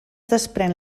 desprèn